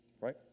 right